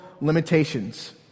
limitations